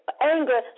anger